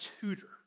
tutor